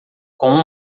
com